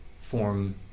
form